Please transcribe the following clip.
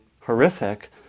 horrific